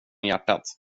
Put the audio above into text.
hjärtat